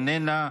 איננה,